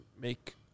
make